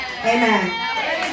Amen